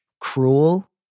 cruel